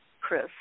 Chris